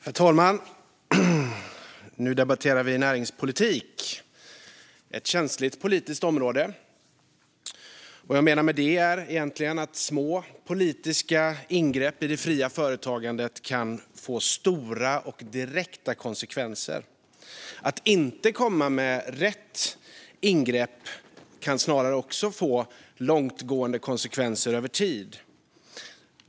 Herr talman! Nu debatterar vi näringspolitik. Det är ett känsligt politiskt område. Vad jag menar är att små politiska ingrepp i det fria företagandet kan få stora och direkta konsekvenser. Att inte komma med rätt ingrepp kan snarare också få långtgående konsekvenser över tid.